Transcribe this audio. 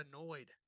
annoyed